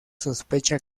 sospecha